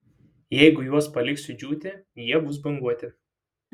jeigu juos paliksiu džiūti jie bus banguoti